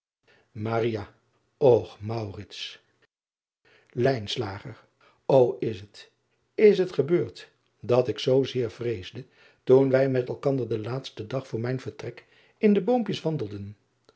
ch ô s het is het gebeurd dat ik zoo zeer vreesde toen wij met elkander den laatsten dag voor mijn vertrek in de oompjes